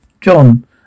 John